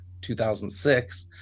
2006